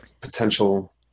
potential